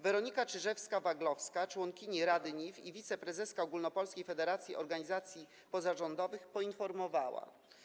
Weronika Czyżewska-Waglowska, członkini rady NIW i wiceprezeska Ogólnopolskiej Federacji Organizacji Pozarządowych poinformowała: